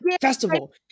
festival